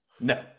No